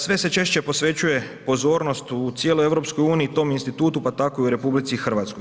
Sve se češće posvećuje pozornost u cijeloj EU u tom institutu, pa tako i u RH.